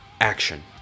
Action